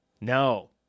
No